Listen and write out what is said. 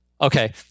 Okay